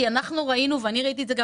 כי אנחנו ראינו ואני ראיתי את זה גם